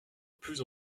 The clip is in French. plus